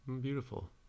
Beautiful